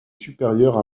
supérieur